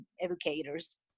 educators